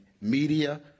media